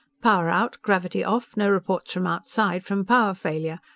power out, gravity off, no reports from outside from power failure.